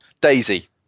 daisy